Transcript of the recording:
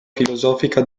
filosofica